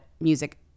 music